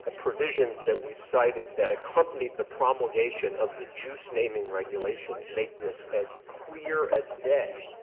ah provisions that we've cited that accompanied the promulgation of the juice naming regulations make this as clear as day.